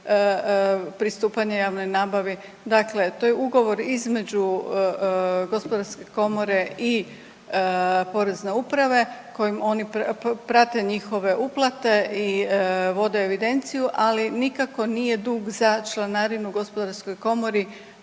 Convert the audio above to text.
pristupanje javnoj nabavi. Dakle, to je ugovor između HGK i Porezne uprave kojim oni prate njihove uplate i vode evidenciju, ali nikako nije dug za članarinu HGK taj faktor